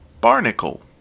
Barnacle